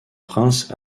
prince